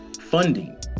funding